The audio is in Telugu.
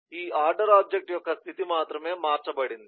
ఈ ఆర్డర్ ఆబ్జెక్ట్ యొక్క స్థితి మాత్రమే మార్చబడింది